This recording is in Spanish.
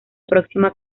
próxima